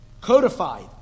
Codified